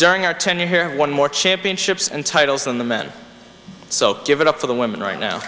during our tenure here one more championships and titles than the men so give it up for the women right now